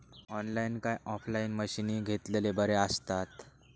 Online काय offline मशीनी घेतलेले बरे आसतात?